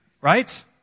Right